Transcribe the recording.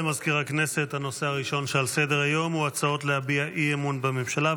היעדר מיגון ביישובים הערביים בצפון.